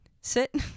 sit